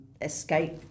escape